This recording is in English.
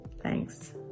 Thanks